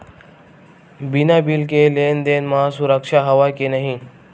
बिना बिल के लेन देन म सुरक्षा हवय के नहीं?